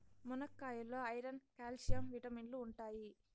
మునక్కాయాల్లో iron, calcium విటమిన్లు ఉంటాయి